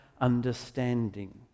understanding